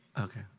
Okay